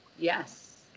Yes